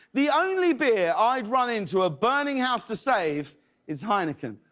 the only beer i would run into a burning house to save is heineken.